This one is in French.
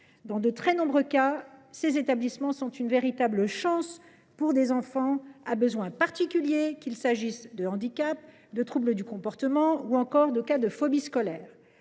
Dans de très nombreux cas, ces établissements sont une véritable chance pour des enfants ayant des besoins particuliers, qu’ils souffrent de handicaps, de troubles du comportement ou de phobie scolaire.